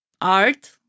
art